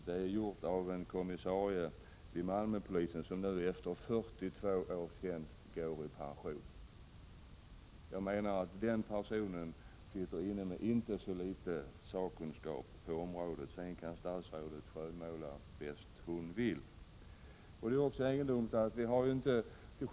Det är gjort av en kommissarie vid Malmöpolisen som nu går i pension efter 42 års tjänst. Den personen sitter inne med inte så litet sakkunskap på området. Statsrådet kan sedan skönmåla bäst hon vill.